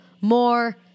more